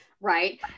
Right